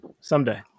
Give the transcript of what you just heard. someday